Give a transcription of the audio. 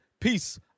Peace